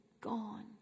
Gone